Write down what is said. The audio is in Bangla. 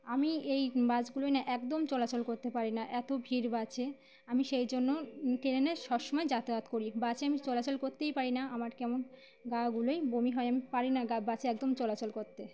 আমি এই বাসগুলোয় না একদম চলাচল করতে পারি না এত ভিড় বাসে আমি সেই জন্য ট্রেনে সবসময় যাতায়াত করি বাসে আমি চলাচল করতেই পারি না আমার কেমন গা গুলোয় বমি হয় আমি পারি না বাসে একদম চলাচল করতে